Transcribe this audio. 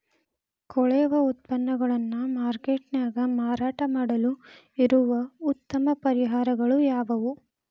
ಕೊಳೆವ ಉತ್ಪನ್ನಗಳನ್ನ ಮಾರ್ಕೇಟ್ ನ್ಯಾಗ ಮಾರಾಟ ಮಾಡಲು ಇರುವ ಉತ್ತಮ ಪರಿಹಾರಗಳು ಯಾವವು?